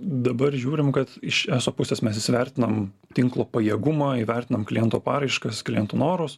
dabar žiūrim kad iš eso pusės mes įsivertinam tinklo pajėgumą įvertinam kliento paraiškas klientų norus